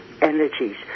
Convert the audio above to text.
energies